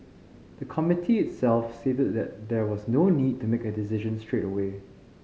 the Committee itself stated that there was no need to make a decision straight away